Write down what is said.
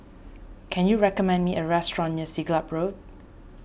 can you recommend me a restaurant near Siglap Road